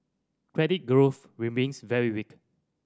credit growth remains very weak